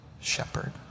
shepherd